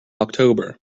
october